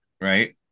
Right